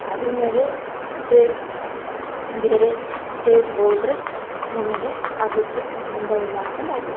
ಅದರ ಮೇಲೆ ಸ್ಟೇಜ್ ಬೇರೆ ಸ್ಟೇಜ್ಗೋದ್ರೆ ನಮಗೆ ಅದಕ್ಕೆ ಸಂಬಂಧ ಇಲ್ಲ ಅಂತ ನಾವು